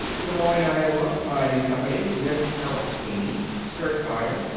des moines, iowa, klein and company. miss ella sweeney, skirt buyer.